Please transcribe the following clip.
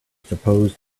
suppose